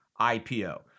IPO